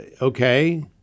okay